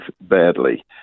badly